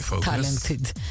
talented